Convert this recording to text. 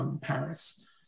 Paris